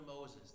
Moses